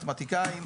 מתמטיקאים,